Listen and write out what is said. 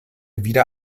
wieder